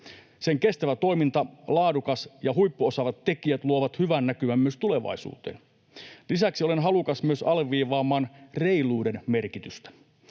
Sen kestävä ja laadukas toiminta ja huippuosaavat tekijät luovat hyvän näkymän myös tulevaisuuteen. Lisäksi olen halukas myös alleviivaamaan reiluuden merkitystä.